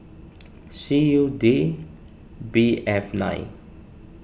C U D B F nine